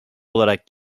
olarak